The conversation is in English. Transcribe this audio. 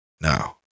now